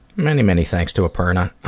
many, many thanks to aparna.